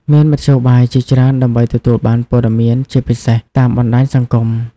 មានមធ្យោបាយជាច្រើនដើម្បីទទួលបានព័ត៌មានជាពិសេសតាមបណ្តាញសង្គម។